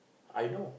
I know